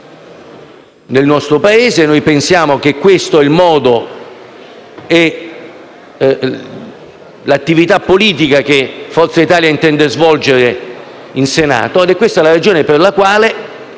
del nostro Paese. Noi pensiamo che questa sia l'attività politica che Forza Italia deve svolgere in Senato, ed è questa la ragione per la quale